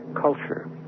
culture